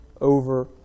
over